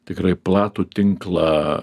tikrai platų tinklą